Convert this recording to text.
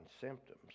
symptoms